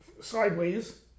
sideways